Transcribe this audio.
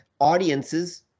audiences